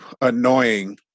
annoying –